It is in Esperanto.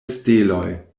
steloj